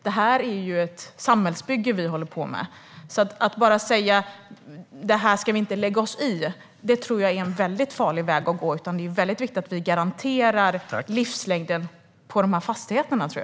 Vi håller på med ett samhällsbygge, så att bara säga att vi inte ska lägga oss i detta tror jag är en väldigt farlig väg att gå. Jag tror att det är viktigt att vi garanterar livslängden på dessa fastigheter.